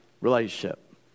relationship